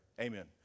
Amen